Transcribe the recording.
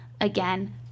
Again